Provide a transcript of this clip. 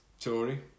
Tory